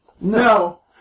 No